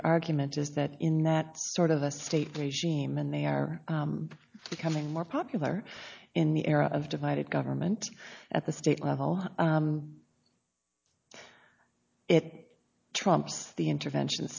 your argument is that in that sort of a stately shimon they are becoming more popular in the era of divided government at the state level it trumps the intervention